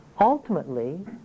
Ultimately